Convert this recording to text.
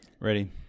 Ready